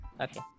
Okay